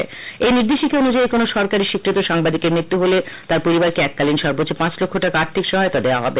সংশোধিত নির্দেশিকা অনুযায়ী কোন সরকারী স্বীকৃত সাংবাদিকের মৃত্যু হলে তার পরিবারকে এককালীন সর্বোচ্চ পাঁচ লক্ষ টাকা আর্থিক সহায়তা প্রদান করা হবে